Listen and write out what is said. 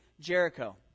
Jericho